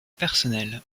personnelles